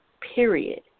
Period